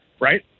right